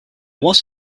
was